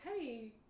Hey